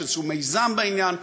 יש איזשהו מיזם בעניין.